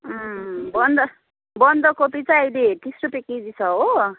बन्दा बन्दाकोपी चाहिँ अहिले तिस रुपियाँ केजी छ हो